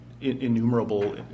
innumerable